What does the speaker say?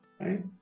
right